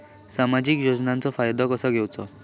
सामाजिक योजनांचो फायदो कसो घेवचो?